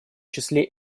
числе